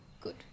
good